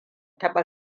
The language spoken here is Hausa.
taɓa